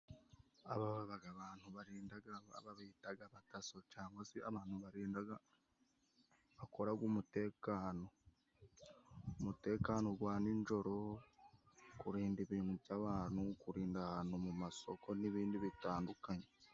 Aba baba abantu barinda, babita abadaso cyangwa se abantu barinda, bakora umutekano, umutekano wa ni joro, kurinda ibintu by'abantu, kurinda ahantu mu masoko n'ibindi bitandukanye.